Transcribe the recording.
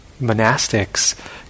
monastics